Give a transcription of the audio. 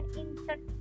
insert